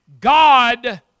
God